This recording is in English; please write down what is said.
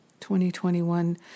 2021